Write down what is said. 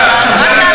נאמר שזה,